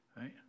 right